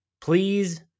Please